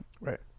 Right